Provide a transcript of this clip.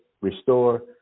restore